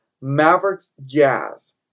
Mavericks-Jazz